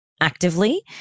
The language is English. actively